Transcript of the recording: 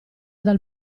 dal